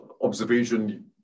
observation